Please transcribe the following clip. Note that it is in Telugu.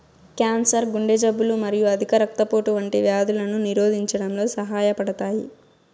క్యాన్సర్, గుండె జబ్బులు మరియు అధిక రక్తపోటు వంటి వ్యాధులను నిరోధించడంలో సహాయపడతాయి